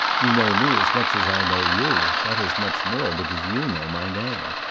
you know me as much as i know you that is much more, because you know my name.